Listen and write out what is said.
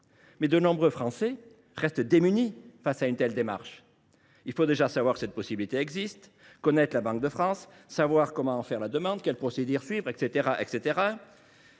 Mais de nombreux Français restent démunis pour engager cette démarche : il faut être informé de cette possibilité, connaître la Banque de France, savoir comment en faire la demande, quelle procédure suivre, etc.